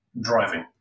Driving